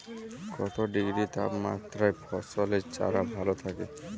কত ডিগ্রি তাপমাত্রায় ফসলের চারা ভালো থাকে?